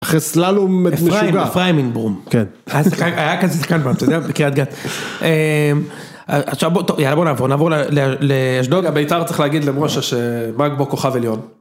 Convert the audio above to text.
אחרי סללום משוגע... אפריים ברום... כן, היה כזה שחקן פעם, אתה יודע, בקריית גת. עכשיו בוא, טוב, יאללה, בוא נעבור, נעבור לאשדוד, בית"ר צריך להגיד למשה שבאגבו כוכב עליון.